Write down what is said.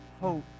hope